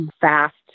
fast